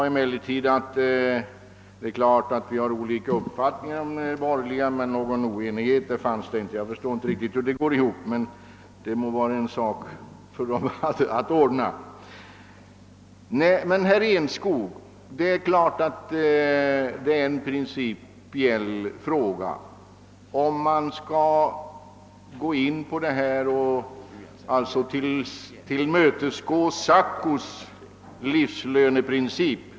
Herr Lothigius yttrade att de borgerliga har olika uppfattningar men att någon oenighet inte föreligger. Jag förstår inte hur det går ihop, men det må bli en sak för de borgerliga själva att klara upp. Till herr Enskog vill jag säga att det självfallet är en principiell fråga om man skall följa den förordade linjen eller ansluta sig till SACO:s livslöneprincip.